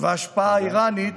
והשפעה איראנית